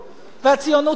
והציונות תנצח,